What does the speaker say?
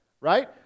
Right